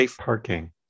parking